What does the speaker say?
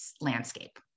landscape